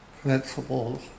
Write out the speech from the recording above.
Principles